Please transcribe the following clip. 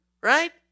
right